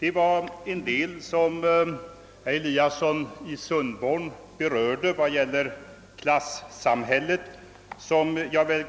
Mycket av det herr Eliasson i Sundborn sade om klassamhället